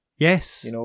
Yes